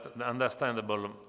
understandable